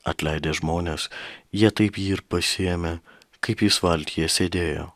atleidę žmones jie taip jį ir pasiėmė kaip jis valtyje sėdėjo